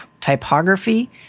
typography